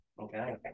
Okay